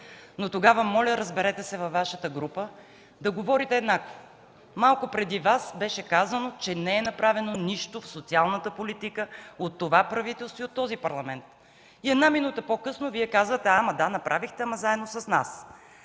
Но тогава моля, разберете се във Вашата група да говорите еднакво. Малко преди Вас беше казано, че не е направено нищо в социалната политика от това правителство и от този Парламент. Една минута по-късно Вие казвате: да, направихте, но заедно с нас.